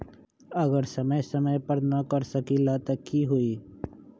अगर समय समय पर न कर सकील त कि हुई?